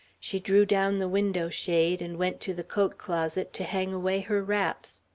she drew down the window shade and went to the coat closet to hang away her wraps.